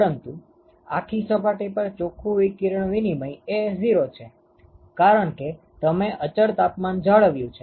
પરંતુ આખી સપાટી પર ચોખ્ખું વિકિરણ વિનિમય એ 0 છે કારણ કે તમે અચળ તાપમાન જાળવ્યું છે